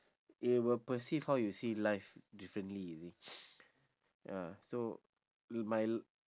it will perceive how you see life differently you see ya so it might look